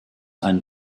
einen